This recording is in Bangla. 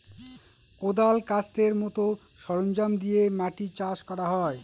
কোঁদাল, কাস্তের মতো সরঞ্জাম দিয়ে মাটি চাষ করা হয়